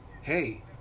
Hey